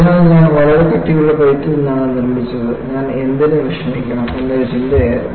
അതിനാൽ ഞാൻ വളരെ കട്ടിയുള്ള പ്ലേറ്റിൽ നിന്നാണ് നിർമ്മിച്ചത് ഞാൻ എന്തിന് വിഷമിക്കണം എന്നൊരു ചിന്തയായിരുന്നു